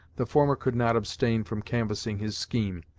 the former could not abstain from canvassing his scheme,